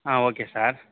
ah okay sir